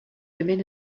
women